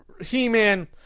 He-Man